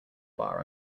bar